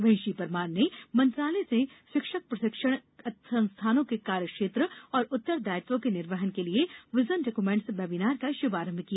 वहीं श्री परमार ने मंत्रालय ने शिक्षक प्रशिक्षण संस्थानों के कार्य क्षेत्र और उत्तरदायित्वों के निर्वहन के लिए विजन डाक्यूमेंट वेबीनार का शुभारंभ किया